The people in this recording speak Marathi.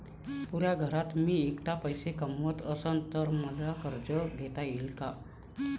पुऱ्या घरात मी ऐकला पैसे कमवत असन तर मले कर्ज घेता येईन का?